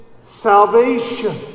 salvation